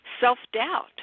self-doubt